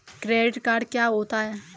Credit card क्या होता है?